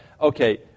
okay